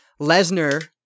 Lesnar